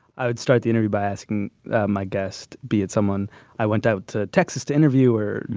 i would start the interview by asking my guest be it someone i went out to texas to interview or,